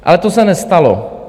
Ale to se nestalo.